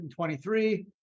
23